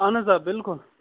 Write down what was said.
اَہَن حظ بِلکُل